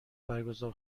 برگزار